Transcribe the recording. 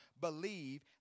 Believe